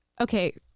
Okay